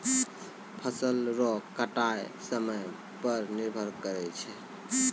फसल रो कटाय समय पर निर्भर करै छै